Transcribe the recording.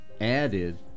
added